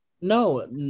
No